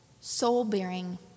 soul-bearing